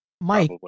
Mike